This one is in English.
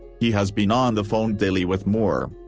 he has been on the phone daily with moore.